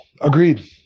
agreed